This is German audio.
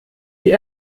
die